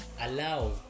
allow